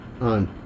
on